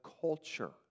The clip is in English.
culture